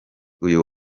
uyu